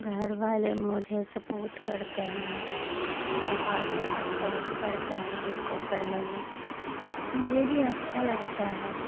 گھر والے مجھے سپورٹ کرتے ہیں مطلب حوصلہ افزائی کرتے ہیں اس کو کرنے میں مجھے بھی اچھا لگتا ہے